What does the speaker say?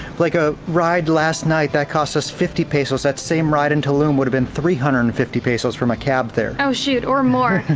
like a ride last night that cost us fifty pesos that same ride in tulum would have been three hundred and fifty pesos from a cab there. oh shoot, or more.